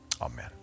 amen